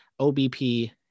OBP